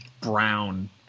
brown